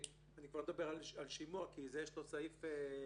אני כבר לא מדבר על שימוע כי יש לו סעיף שלו,